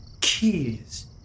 keys